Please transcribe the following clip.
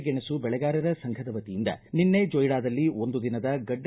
ಗೆಣಸು ಬೆಳೆಗಾರರ ಸಂಘದ ವತಿಯಿಂದ ನಿನ್ನೆ ಜೊಯ್ವಾದಲ್ಲಿ ಒಂದು ದಿನದ ಗಡ್ಡೆ